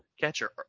catcher